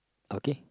okay